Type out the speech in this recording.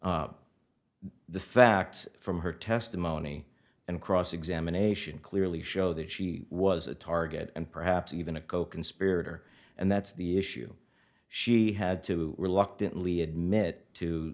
the facts from her testimony and cross examination clearly show that she was a target and perhaps even a coconspirator and that's the issue she had to reluctantly admit to